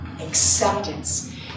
Acceptance